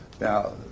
Now